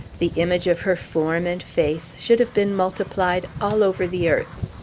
the image of her form and face should have been multiplied all over the earth.